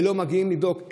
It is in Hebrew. ולא מגיעים לבדוק.